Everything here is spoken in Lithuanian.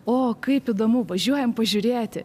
o kaip įdomu važiuojam pažiūrėti